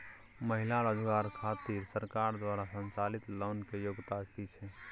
महिला रोजगार खातिर सरकार द्वारा संचालित लोन के योग्यता कि छै?